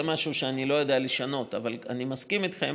זה משהו שאני לא יודע לשנות, אבל אני מסכים איתכם